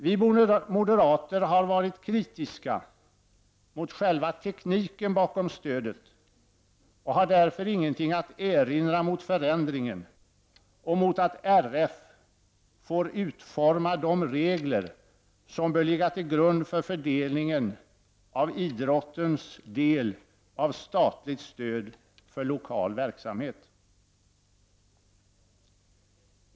Vi moderater har varit kritiska mot själva tekniken bakom stödet och har därför ingenting att erinra mot förändringen eller mot att Riksidrottsförbundet får utforma de regler som bör ligga till grund för fördelningen av idrottens del av statligt stöd för lokal verksamhet.